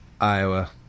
Iowa